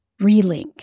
relink